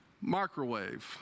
microwave